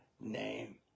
name